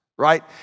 Right